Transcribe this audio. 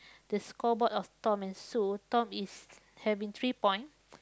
the scoreboard of Tom and Sue Tom is having three point